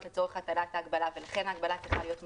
לצורך הטלת ההגבלה ולכן היא צריכה להיות מוסרת,